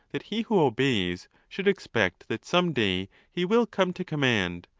that he who obeys should expect that some day he will come to command,